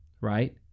right